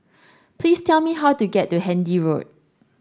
please tell me how to get to Handy Road